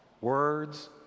words